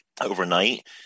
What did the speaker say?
overnight